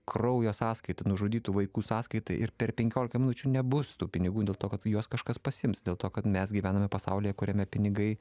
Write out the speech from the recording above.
kraujo sąskaita nužudytų vaikų sąskaita ir per penkiolika minučių nebus tų pinigų dėl to kad juos kažkas pasiims dėl to kad mes gyvename pasaulyje kuriame pinigai